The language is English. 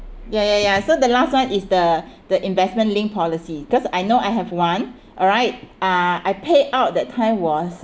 ya ya ya so the last one is the the investment linked policy because I know I have one alright uh I pay out that time was